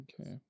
Okay